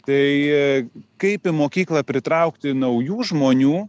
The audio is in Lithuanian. tai kaip į mokyklą pritraukti naujų žmonių